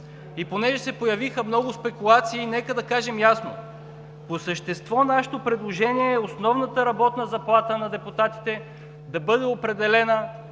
И понеже се появиха много спекулации, нека да кажем ясно: по същество нашето предложение е основната работна заплата на депутатите да бъде определена